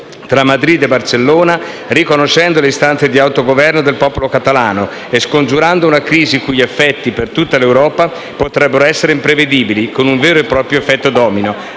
tra Madrid e Barcellona, riconoscendo le istanze di autogoverno del popolo catalano e scongiurando una crisi, i cui effetti, per tutta l'Europa, potrebbero essere imprevedibili, con un vero e proprio effetto domino.